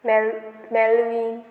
mail Melvi